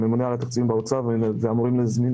הממונה על התקציבים באוצר ואמורים להזמין